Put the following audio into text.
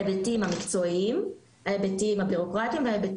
אבל האישור של הניסוי עצמו ייעשה על פי כל הנהלים,